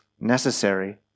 necessary